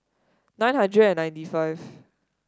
nine hundred and ninety five